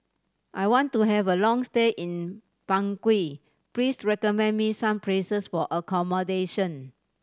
I want to have a long stay in Bangui Please recommend me some places for accommodation